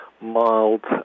mild